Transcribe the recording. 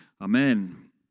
Amen